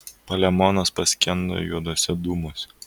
palemonas paskendo juoduose dūmuose